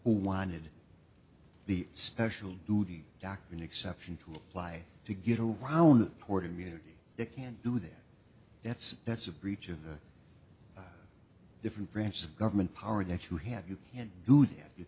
wanted the special duty doctrine exception to apply to get a wow in the port immunity they can't do that that's that's a breach of the different branches of government power that you have you can't do that you